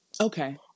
Okay